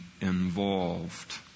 involved